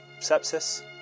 sepsis